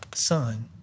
Son